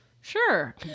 Sure